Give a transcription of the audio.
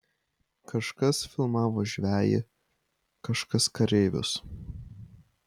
kažkas filmavo žvejį kažkas kareivius